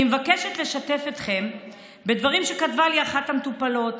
אני מבקשת לשתף אתכם בדברים שכתבה לי אחת המטופלות: